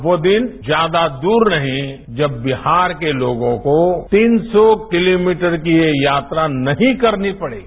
अब वो दिन ज्यादा दूर नहीं जब बिहार के लोगों को तीन सौ किलोमीटर की ये यात्रा नहीं करनी पड़ेगी